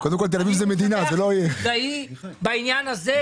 אני משבח את חולדאי בעניין הזה,